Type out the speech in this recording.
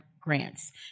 grants